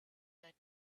that